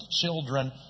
children